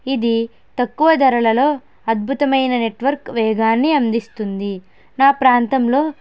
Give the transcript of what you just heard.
ఇది తక్కువ ధరలలో అద్భుతమైన నెట్వర్క్ వేగాన్ని అందిస్తుంది నా ప్రాంతంలో